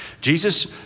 Jesus